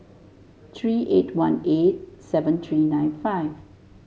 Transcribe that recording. three eight one eight seven three nine five